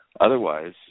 Otherwise